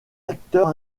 acteur